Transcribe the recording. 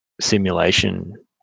simulation